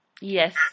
Yes